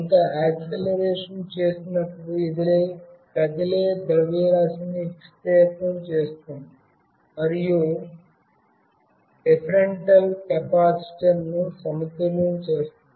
కొంత యాక్సిలరేషన్ చేసినప్పుడు ఇది కదిలే ద్రవ్యరాశిని విక్షేపం చేస్తుంది మరియు డిఫరెంటిల్ కెపాసిటర్ను సమతుల్యం చేస్తుంది